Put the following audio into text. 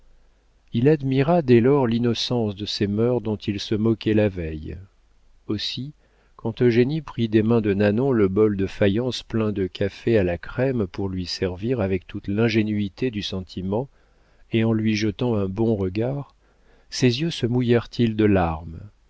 il admira dès lors l'innocence de ces mœurs dont il se moquait la veille aussi quand eugénie prit des mains de nanon le bol de faïence plein de café à la crème pour le lui servir avec toute l'ingénuité du sentiment et en lui jetant un bon regard ses yeux se mouillèrent ils de larmes